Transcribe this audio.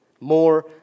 more